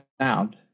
sound